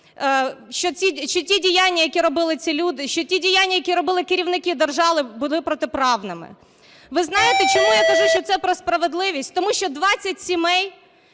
що ті діяння, які робили ці люди, що ті діяння, які робили керівники держави, були протиправними. Ви знаєте, чому я кажу, що це про справедливість? Тому що 20 сімей